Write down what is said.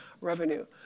revenue